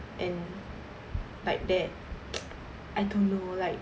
and like that I don't know like